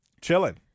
Chilling